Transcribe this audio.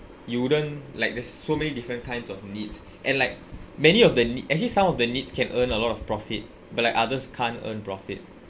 you wouldn't like there's so many different kinds of needs and like many of the ne~ actually some of the needs can earn a lot of profit but like others can't earn profit